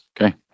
Okay